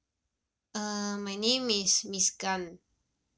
uh my name is miss gan